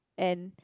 and